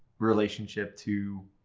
relationship to